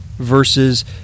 versus